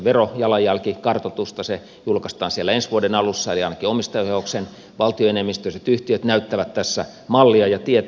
se julkaistaan siellä ensi vuoden alussa eli ainakin omistajaohjauksen valtioenemmistöiset yhtiöt näyttävät tässä mallia ja tietä